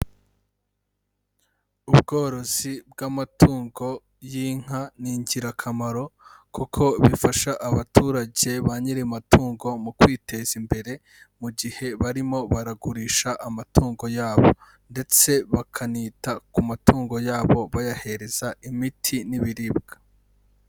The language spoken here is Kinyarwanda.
Ubworozi bw'amatungo y'inka ni ingirakamaro, kuko bifasha abaturage ba nyiri amatungo mu kwiteza imbere, mu gihe barimo baragurisha amatungo yabo, ndetse bakanita ku matungo yabo bayahereza imiti n'ibiribwa.